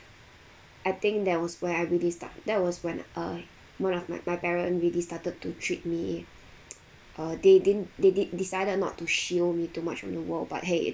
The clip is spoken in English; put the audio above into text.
I think that was where I really start that was when uh one of my my parent really started to treat me uh they di~ they de~ decided not to shield me too much on the world but !hey!